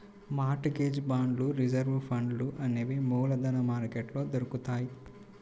mart gauge బాండ్లు reserve ఫండ్లు అనేవి మూలధన మార్కెట్లో దొరుకుతాయ్